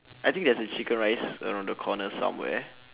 I think there's a chicken rice around the corner somewhere